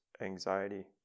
anxiety